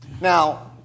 Now